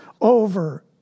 over